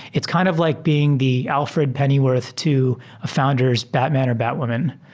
it's kind of like being the alfred pennyworth to founders batman or batwoman.